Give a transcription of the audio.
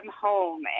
home